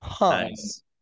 Nice